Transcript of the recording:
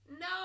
No